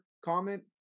Comment